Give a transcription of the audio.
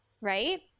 right